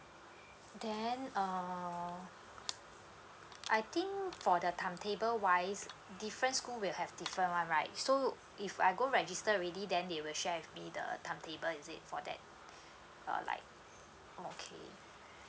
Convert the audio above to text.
then uh I think for the timetable wise different school will have different one right so if I go register already then they will share with me the timetable is it for that uh like okay